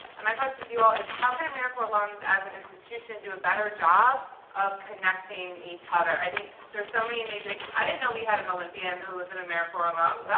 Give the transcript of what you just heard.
and my question to you all is how can americorps alums as an institution do a better job of connecting each other? i think there are so many amazing i didn't know we had an olympian who was an americorps alum.